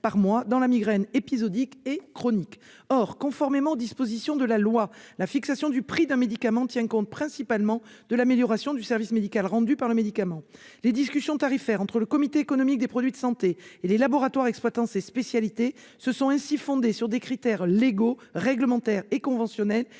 par mois dans la migraine épisodique et chronique. Conformément aux dispositions de la loi, la fixation du prix d'un médicament tient compte principalement de l'amélioration du service médical rendu (ASMR) par le médicament. Les discussions tarifaires entre le Comité économique des produits de santé (CEPS) et les laboratoires exploitant ces spécialités se sont ainsi fondées sur des critères légaux, réglementaires et conventionnels,